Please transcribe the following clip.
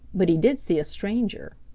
but he did see a stranger.